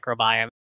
microbiome